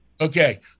okay